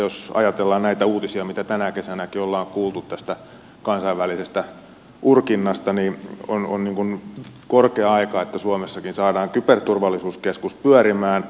jos ajatellaan näitä uutisia mitä tänä kesänäkin olemme kuulleet tästä kansainvälisestä urkinnasta niin on korkea aika että suomessakin saadaan kyberturvallisuuskeskus pyörimään